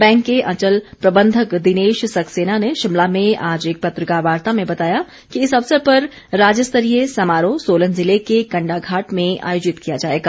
bank के अंचल प्रबन्धक दिनेश सक्सेना ने शिमला में आज एक पत्रकारवार्ता में बताया कि इस अवसर पर राज्यस्तरीय समारोह सोलन जिले के कण्डाघाट में आयोजित किया जाएगा